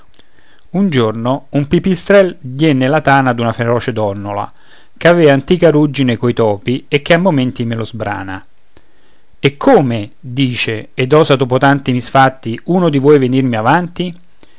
un giorno un pipistrel dié nella tana d'una feroce donnola che aveva antica ruggine coi topi e che a momenti me lo sbrana eccome dice ed osa dopo tanti misfatti uno di voi venirmi avanti